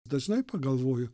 dažnai pagalvoju